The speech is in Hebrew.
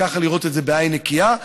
וככה לראות את זה בעין נקייה.